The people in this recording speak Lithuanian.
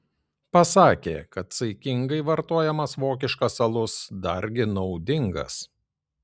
pasakė kad saikingai vartojamas vokiškas alus dargi naudingas